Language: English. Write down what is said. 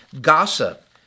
gossip